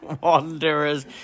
Wanderers